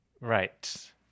Right